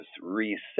reset